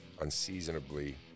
unseasonably